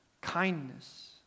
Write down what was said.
kindness